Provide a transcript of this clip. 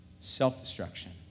self-destruction